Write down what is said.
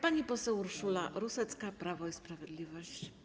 Pani poseł Urszula Rusecka, Prawo i Sprawiedliwość.